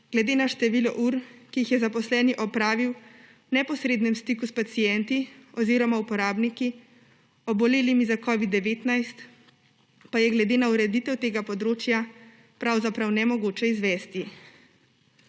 glede na število ur, ki jih je zaposleni opravil v neposrednem stiku s pacienti oziroma uporabniki, obolelimi za covid-19, pa je glede na ureditev tega področja pravzaprav nemogoče izvesti.